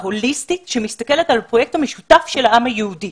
ההוליסטית שמסתכלת על הפרויקט המשותף של העם היהודי.